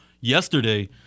yesterday